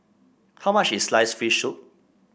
how much is sliced fish soup